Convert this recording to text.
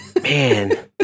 Man